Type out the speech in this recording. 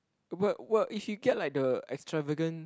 but what if she get like the extravagant